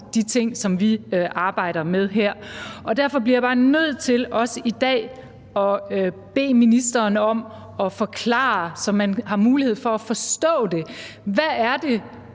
de ting, som vi arbejder med her, alvorligt. Derfor bliver jeg bare nødt til også i dag at bede ministeren om at forklare, så man har mulighed for at forstå det, hvad